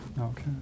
Okay